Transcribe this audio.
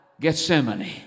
Gethsemane